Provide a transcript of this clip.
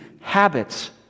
habits